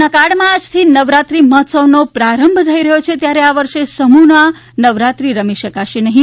corona કાળમાં આજથી નવરાત્રિ મહોત્સવનો પ્રારંભ થઈ રહ્યો છે ત્યારે આ વર્ષે સમૂહમાં નવરાત્રી રમી શકશે નહીં